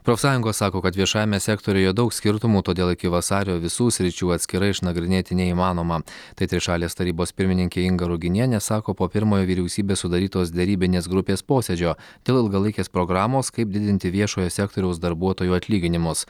profsąjungos sako kad viešajame sektoriuje daug skirtumų todėl iki vasario visų sričių atskirai išnagrinėti neįmanoma tai trišalės tarybos pirmininkė inga ruginienė sako po pirmojo vyriausybės sudarytos derybinės grupės posėdžio dėl ilgalaikės programos kaip didinti viešojo sektoriaus darbuotojų atlyginimus